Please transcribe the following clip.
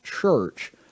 church